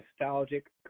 nostalgic